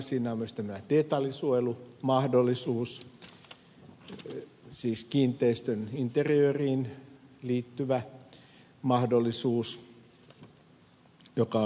siinä on myös tämä detaljinsuojelumahdollisuus siis kiinteistön interiööriin liittyvä mahdollisuus joka on uusi